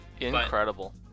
Incredible